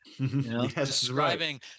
describing